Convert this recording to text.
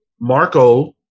Marco